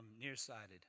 nearsighted